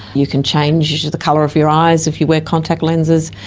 you can change the colour of your eyes if you wear contact lenses,